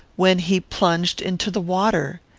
when he plunged into the water.